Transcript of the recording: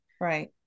right